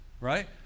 right